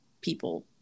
people